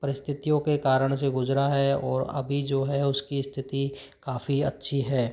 परिस्थितियों के कारण से गुजरा है और अभी जो है उसकी स्थिति काफ़ी अच्छी है